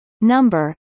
number